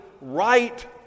right